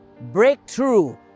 breakthrough